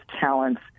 talents